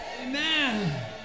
Amen